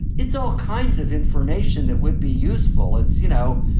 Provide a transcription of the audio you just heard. it's all kinds of information that would be useful. it's, you know,